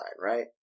right